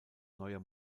neuer